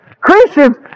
Christians